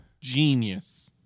Genius